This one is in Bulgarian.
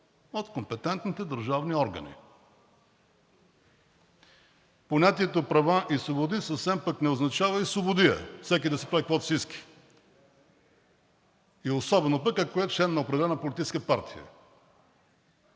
от компетентните държавни органи. Понятието „права и свободи“ съвсем пък не означава и слободия – всеки да си прави каквото си иска, особено пък ако е член на определена политическа партия.